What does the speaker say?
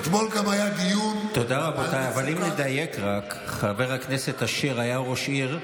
לכן אני אומר שזאת אמירה חשובה מאוד של יושב-ראש ועדת הפנים.